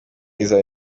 izaba